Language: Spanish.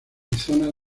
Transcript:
zonas